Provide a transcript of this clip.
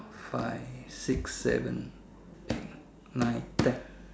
five six seven eight nine ten